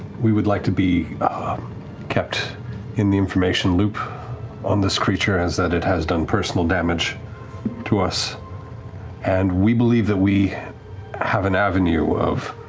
we would like to be kept in the information loop on this creature, as it has done personal damage to us and we believe that we have an avenue of